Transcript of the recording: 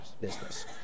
business